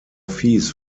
fees